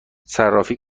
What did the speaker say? صرافی